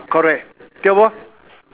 correct tio bo